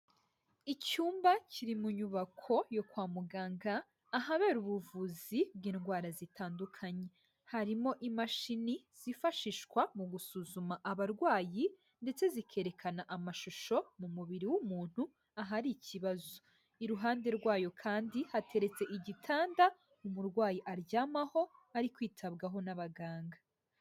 Icyumba kiri mu nyubako yo kwa muganga ahabera ubuvuzi bw'indwara zitandukanye, harimo imashini zifashishwa mu gusuzuma abarwayi, ndetse zikerekana amashusho mu mubiri w'umuntu ahari ikibazo, iruhande rwayo kandi hateretse igitanda umurwayi aryamaho ari kwitabwaho n'abaganga.